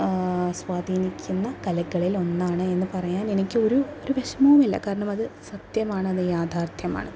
സ്വാധീനിക്കുന്ന കലകളിലൊന്നാണ് എന്ന് പറയാൻ എനിക്കൊരു ഒരു വിഷമവുമില്ല കാരണം അത് സത്യമാണ് അത് യാഥാർത്ഥ്യമാണ്